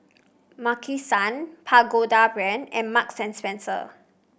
Maki San Pagoda Brand and Marks Spencer